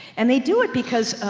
and they do it because,